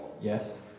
Yes